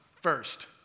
first